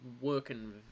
working